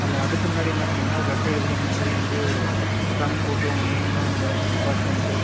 அதில் அதுக்கு முன்னாடி என்ன பண்ணுங்கன்னா ஒரு லெட்ரு எழுதுங்க இந்தமாதிரி வந்து ஃப்ரம் போட்டு உங்கள் நேம்மு உங்கள் என்ன டிப்பார்ட்மெண்ட்டு